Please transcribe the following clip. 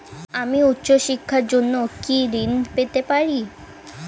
আমি উচ্চশিক্ষার জন্য কি ঋণ পেতে পারি?